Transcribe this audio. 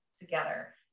together